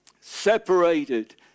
Separated